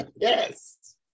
Yes